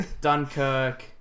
Dunkirk